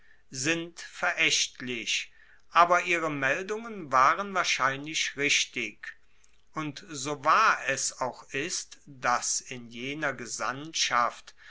sind veraechtlich aber ihre meldungen waren wahrscheinlich richtig und so wahr es auch ist dass in jener